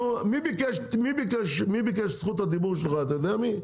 נו מי ביקש את זכות הדיבור שלך אתה יודע מי?